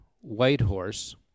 Whitehorse